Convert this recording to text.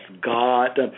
God